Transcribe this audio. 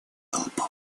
поворотный